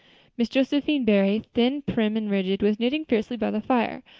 miss josephine barry, thin, prim, and rigid, was knitting fiercely by the fire,